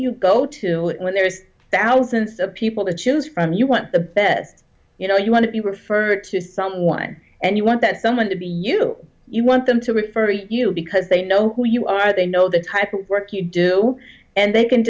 you go to when there's thousands of people to choose from you want the best you know you want to be referred to someone and you want that someone to be you do you want them to refer to you because they know who you are they know the type of work you do and they can